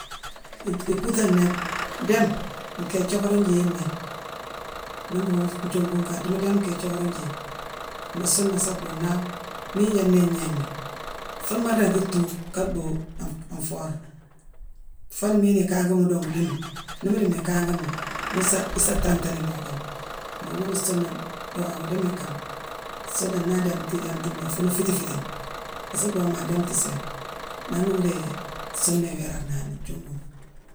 I- i- ikuutane nnéé, dééme nkéé ithiockorane jééye nnéé. Nii mbuughune nthiookune kaagh, adiimo dééme nkéé ithiockarama jééye. Nii suuna asa dhoo nawu miine yééne nnéé ngnééghni fuune maa ringi thuu ka bhuu an- an foora. Fooni miina nkangama mu dongu déémime. Nii mu dééme ikangama, mu sa-isa tanghtane imookama. Mbong ghuuna suuna doo awoo dééme ikama. Suuna naa adéémeti idéémeti mbéé, fuunu fiitfiitani. Asuu dhoo maa déémeti sééne. Nangh na wuudii suuna iwééra nani- nthiooguma.